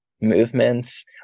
movements